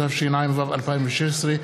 התשע"ו 2016,